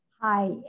Hi